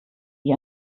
wie